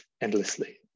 endlessly